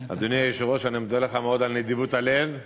אדוני היושב-ראש, אני מודה לך מאוד על נדיבות הלב,